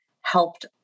helped